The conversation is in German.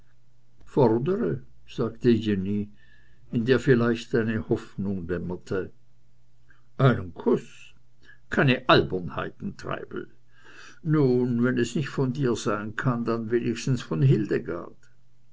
fordere sagte jenny in der vielleicht eine hoffnung dämmerte einen kuß keine albernheiten treibel nun wenn es von dir nicht sein kann dann wenigstens von hildegard